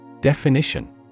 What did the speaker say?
Definition